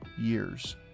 years